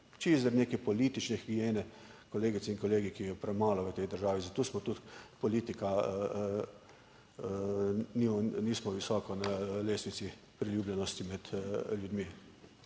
neke politične higiene, kolegice in kolegi, ki jo je premalo v tej državi, zato tudi politika nismo visoko na lestvici priljubljenosti med ljudmi.